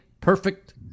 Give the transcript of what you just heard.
perfect